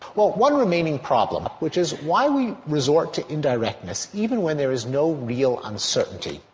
well, one remaining problem, which is why we resort to indirectness even when there is no real uncertainty.